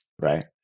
right